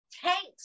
tanks